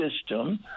system